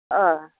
ओह